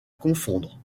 confondre